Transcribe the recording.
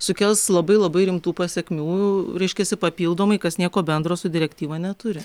sukels labai labai rimtų pasekmių reiškiasi papildomai kas nieko bendro su direktyva neturi